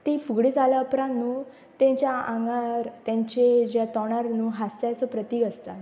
ती फुगडी जाल्या उपरांत न्हू तेंच्या आंगार तेंचे ज्या तोंडार न्हू हांस्या असो प्रतीक आसता